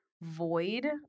void